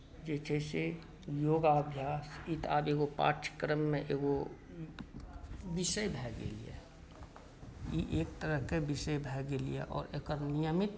जे छै से योगाभ्यास आजुक पाठ्यक्रममे एगो विषय भऽ गेल अइ ई एक तरहके विषय भऽ गेल यए आओर एकर नियमित